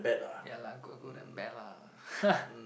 ya lah good good and bad lah